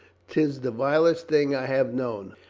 tis the vilest thing i have known.